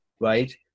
right